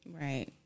Right